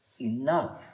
enough